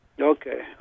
Okay